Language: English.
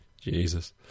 Jesus